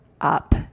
up